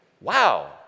Wow